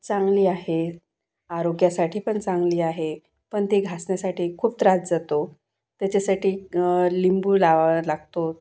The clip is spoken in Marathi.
चांगली आहेत आरोग्यासाठी पण चांगली आहे पण ते घासण्यासाठी खूप त्रास जातो त्याच्यासाठी लिंबू लावावा लागतो